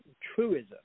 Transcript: truism